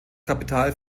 kapital